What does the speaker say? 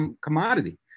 commodity